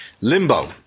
limbo